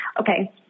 Okay